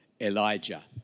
Elijah